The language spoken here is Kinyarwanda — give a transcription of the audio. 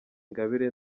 ingabire